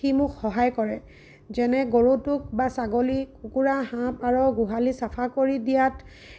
সি মোক সহায় কৰে যেনে গৰুটোক বা ছাগলী কুকুৰা হাঁহ পাৰ গোহালি চাফা কৰি দিয়াত